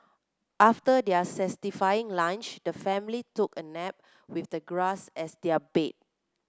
after their satisfying lunch the family took a nap with the grass as their bed